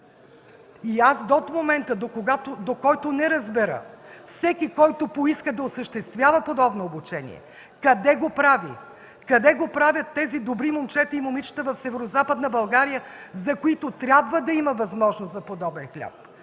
И до момента, в който не разбера всеки, който поиска да осъществява подобно обучение – къде го прави, къде го правят тези добри момчета и момичета в Северозападна България, за които трябва да има възможност за подобен хляб,